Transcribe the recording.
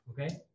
okay